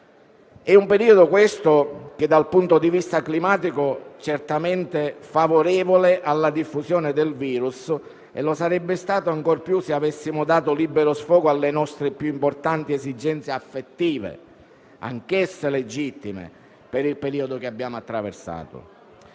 è un periodo che, dal punto di vista climatico, è certamente favorevole alla diffusione del virus e lo sarebbe stato ancora di più, se avessimo dato libero sfogo alle nostre pur importanti esigenze affettive, anch'esse legittime, nel periodo che abbiamo appena attraversato.